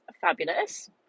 fabulous